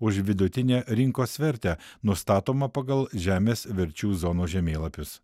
už vidutinę rinkos vertę nustatomą pagal žemės verčių zonų žemėlapius